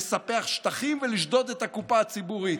לספח שטחים ולשדוד את הקופה הציבורית.